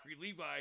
Levi